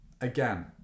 again